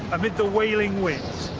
amid the wailing winds,